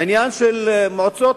עניין המועצות.